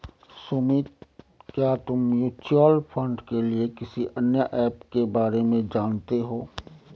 सुमित, क्या तुम mutual fund के लिए किसी अन्य ऐप के बारे में जानते हो?